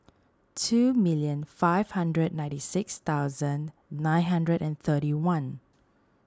two million five hundred ninety six thousand nine hundred and thirty one